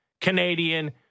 Canadian